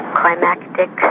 climactic